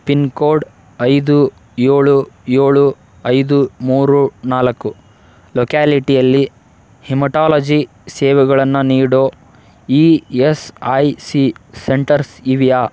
pin code ಐದು ಏಳು ಏಳು ಐದು ಮೂರು ನಾಲ್ಕು ಲೊಕ್ಯಾಲಿಟಿಯಲ್ಲಿ ಹೆಮಟಾಲಜಿ ಸೇವೆಗಳನ್ನು ನೀಡೋ E S I C centres ಇವೆಯಾ